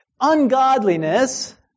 ungodliness